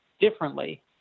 differently